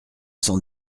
cent